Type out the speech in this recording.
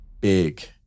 big